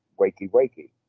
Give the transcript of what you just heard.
wakey-wakey